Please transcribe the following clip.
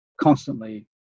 constantly